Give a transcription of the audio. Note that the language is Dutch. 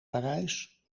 parijs